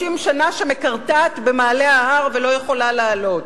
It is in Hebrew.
שנה שמקרטעת במעלה ההר ולא יכולה לעלות?